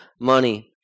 money